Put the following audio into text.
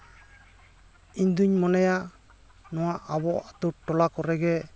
ᱤᱧᱫᱩᱧ ᱢᱚᱱᱮᱭᱟ ᱱᱚᱣᱟ ᱟᱵᱚ ᱟᱹᱛᱩ ᱴᱚᱞᱟ ᱠᱚᱨᱮᱜᱮ